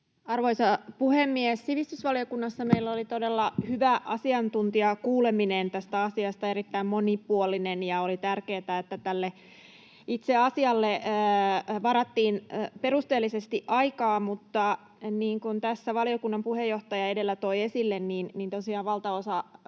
Arvoisa puhemies! Sivistysvaliokunnassa meillä oli todella hyvä asiantuntijakuuleminen tästä asiasta, erittäin monipuolinen, ja oli tärkeätä, että tälle itse asialle varattiin perusteellisesti aikaa, mutta niin kuin tässä valiokunnan puheenjohtaja edellä toi esille, tosiaan valtaosa